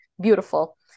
beautiful